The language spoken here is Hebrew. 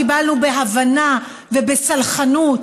קיבלנו בהבנה ובסלחנות,